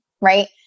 Right